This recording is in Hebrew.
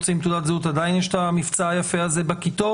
עדיין יש את המבצע היפה הזה בכיתות?